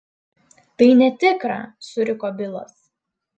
tai netikra suriko bilas